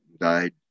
died